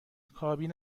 کابین